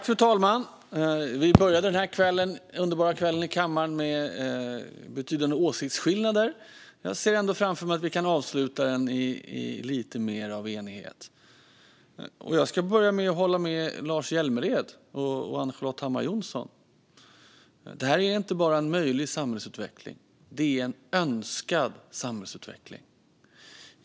Fru talman! Vi började den här underbara kvällen i kammaren med betydande åsiktsskillnader. Jag ser ändå framför mig att vi kan avsluta den i lite mer av enighet. Jag ska börja med att hålla med Lars Hjälmered och Ann-Charlotte Hammar Johnsson: Detta är inte bara en möjlig samhällsutveckling; det är en önskad samhällsutveckling.